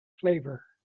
flavor